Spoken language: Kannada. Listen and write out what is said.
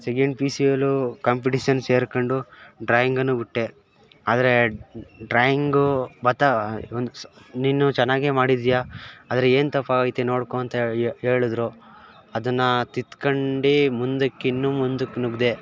ಸೆಕೆಂಡ್ ಪಿ ಯು ಸಿಯಲ್ಲೂ ಕಾಂಪಿಟೇಸನ್ ಸೇರ್ಕೊಂಡು ಡ್ರಾಯಿಂಗನ್ನು ಬಿಟ್ಟೆ ಆದರೆ ಡ್ರಾಯಿಂಗು ಬರ್ತಾ ಒಂದು ಸಹ ನೀನು ಚೆನ್ನಾಗೆ ಮಾಡಿದೀಯಾ ಆದರೆ ಏನು ತಪ್ಪಾಗೈತೆ ನೋಡಿಕೋ ಅಂತ ಹೇಳದ್ರು ಅದನ್ನು ತಿದ್ಕೊಂಡು ಮುಂದಕ್ಕಿನ್ನೂ ಮುಂದಕ್ಕೆ ನುಗ್ಗಿದೆ